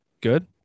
good